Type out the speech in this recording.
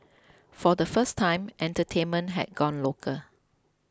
for the first time entertainment had gone local